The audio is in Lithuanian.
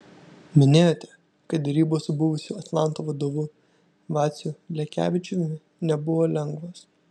minėjote kad derybos su buvusiu atlanto vadovu vaciu lekevičiumi nebuvo lengvos